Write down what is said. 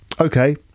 Okay